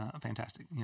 fantastic